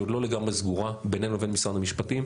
היא עוד לא לגמרי סגורה בינינו לבין משרד המשפטים.